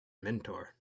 mentor